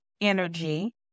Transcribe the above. energy